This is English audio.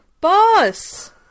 boss